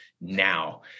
now